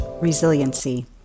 Resiliency